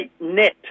net